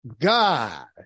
God